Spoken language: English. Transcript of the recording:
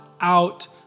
out